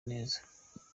neza